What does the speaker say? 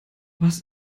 was